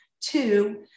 Two